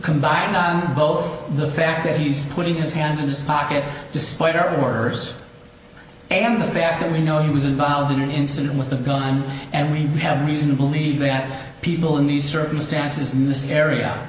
combining both the fact that he's putting his hands in his pocket despite our worst and the fact that we know he was involved in an incident with a gun and we have reason to believe that people in these circumstances in this area